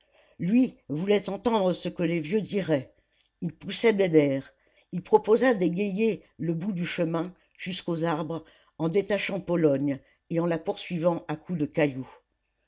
lui voulait entendre ce que les vieux diraient il poussait bébert il proposa d'égayer le bout de chemin jusqu'aux arbres en détachant pologne et en la poursuivant à coups de cailloux